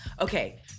Okay